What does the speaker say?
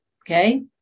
okay